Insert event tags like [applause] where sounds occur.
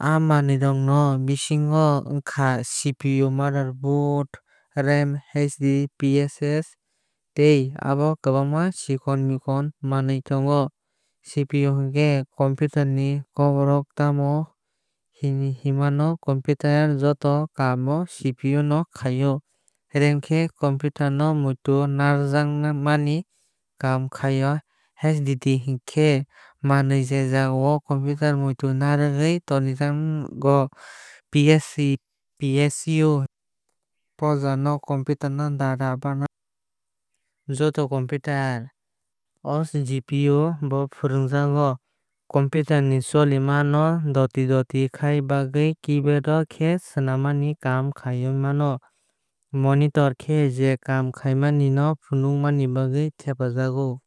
Aa manwi rok ni bisingo onkha CPU motherboard RAM HDD PSU [hesitation] tei tebo kwbangma chhikon mikon manwi tongo. CPU hinkhe computer ni bokhorok [hesitation] tamo himakhe computer joto kaam o CPU o khai o. RAM khe computer muitu narwknani kaam khai o. HDD hinkhe manwi je jagao computer muitu narwgwui tonijago. PSU poja no computer no dana bagwi fwnangjago. Joto computer o GPU bo fwnangjago. Computer ni cholima no doti doti khai bagwi keybord bai khe swinani kaam khai mano. Monitor khe je kaam khaimani no funukna bagwi thepajago.